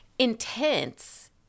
intense